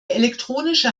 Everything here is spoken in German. elektronische